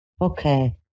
Okay